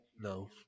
no